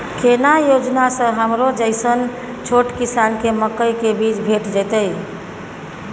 केना योजना स हमरो जैसन छोट किसान के मकई के बीज भेट जेतै?